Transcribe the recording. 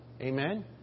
Amen